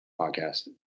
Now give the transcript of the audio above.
podcast